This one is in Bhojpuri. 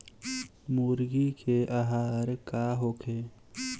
मुर्गी के आहार का होखे?